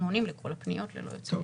עונים לכל הפניות ללא יוצא מן הכלל.